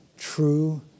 True